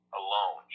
alone